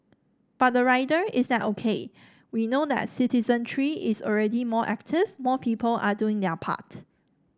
but the rider is that O K we know that citizenry is already more active more people are doing their part